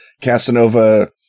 Casanova